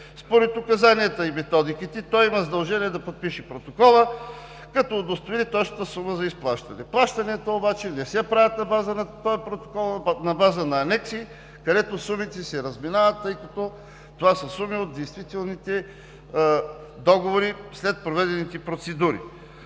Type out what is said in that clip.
Според указанията и методиките той има задължения да подпише протокола, като удостовери точната сума за изплащане. Плащанията обаче не се правят на база на този протокол, а на база на анекси, където сумите се разминават, тъй като това са суми от действителните договори след проведените процедури.